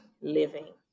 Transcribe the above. living